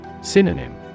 Synonym